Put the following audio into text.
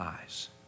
eyes